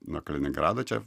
nuo kaliningrado čia